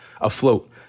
afloat